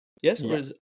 Yes